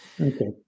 Okay